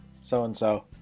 so-and-so